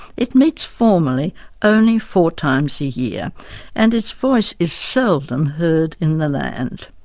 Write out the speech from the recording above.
it meets formally only four times a year and its voice is seldom heard in the land.